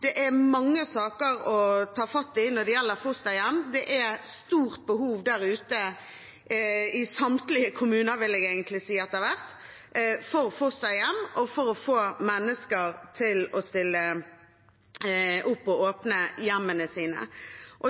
Det er mange saker å ta fatt i når det gjelder fosterhjem. I samtlige kommuner har det vært et stort behov for fosterhjem og for å få mennesker til å stille opp og åpne hjemmet sitt.